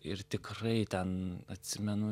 ir tikrai ten atsimenu